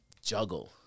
juggle